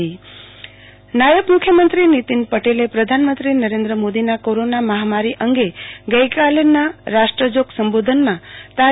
આરતી ભટ નાયબ મુખ્યમંત્રો નાયબ મુખ્યમંત્રો નીતિન પટેલે પ્રધાનમત્રો નરેન્દ મોદીના કોરોના મહામારી અંગે ગઈકાલે રાષ્ટ્રજોગ સંબોધનમાં તા